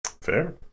Fair